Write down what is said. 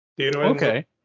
Okay